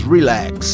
Relax